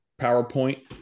PowerPoint